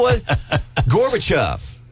Gorbachev